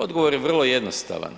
Odgovor je vrlo jednostavan,